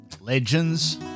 legends